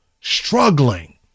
struggling